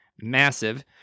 massive